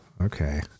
Okay